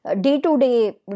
day-to-day